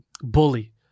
bully